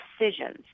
decisions